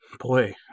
boy